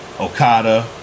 Okada